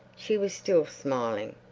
she was still smiling.